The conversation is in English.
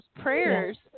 prayers